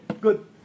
good